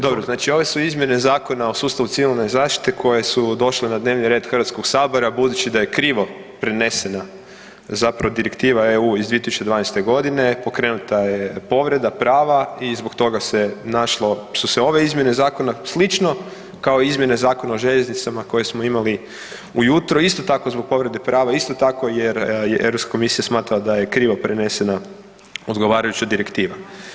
Dobro, znači ovo su Izmjene Zakona o sustavu Civilne zaštite koje su došle na dnevni red Hrvatskog sabora, budući da je krivo prenesena, zapravo direktiva EU iz 2020. godine, pokrenuta je povreda prava i zbog toga se našlo, su se ove izmjene zakona, slično kao Izmjene Zakona o željeznicama koje smo imali ujutro, isto tako zbog povrede prava, isto tako jer je Europska Komisija smatrala da je krivo prenesena odgovarajuća Direktiva.